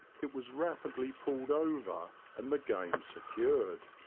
it was rapidly pulled over and the game secured.